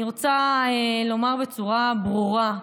אני רוצה לומר בצורה ברורה,